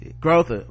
growth